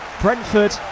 Brentford